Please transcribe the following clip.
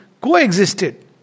coexisted